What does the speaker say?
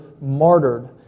martyred